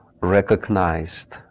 recognized